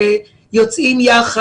יוצאים יחד.